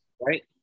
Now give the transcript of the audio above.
right